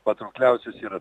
patraukliausios yra